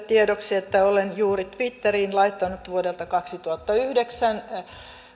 tiedoksi että olen juuri twitteriin laittanut vuodelta kaksituhattayhdeksän